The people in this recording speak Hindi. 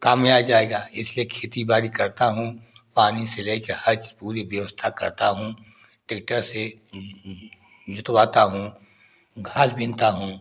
काम में आ जाएगा इसलिए खेती बाड़ी करता हूँ पानी से लेके हर चीज पूरी व्यवस्था करता हूँ टेक्टर से जोतवाता हूँ खाद बीनता हूँ